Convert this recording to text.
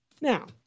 Now